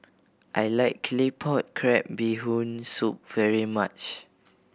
I like Claypot Crab Bee Hoon Soup very much